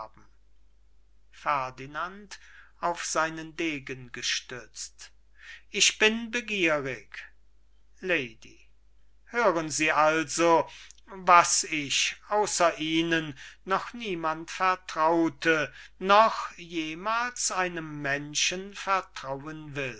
ich bin begierig lady hören sie also was ich außer ihnen noch niemand vertraute noch jemals einem menschen vertrauen will